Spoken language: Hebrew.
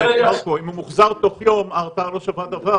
מרקו, אם הוא מוחזר תוך יום ההרתעה לא שווה דבר.